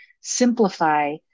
simplify